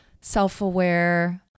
self-aware